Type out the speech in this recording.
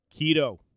keto